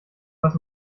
was